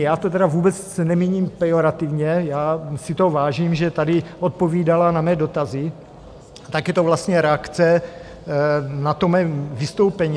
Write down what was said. Já to tedy vůbec nemíním pejorativně, já si toho vážím, že tady odpovídala na mé dotazy, tak je to vlastně reakce na to mé vystoupení.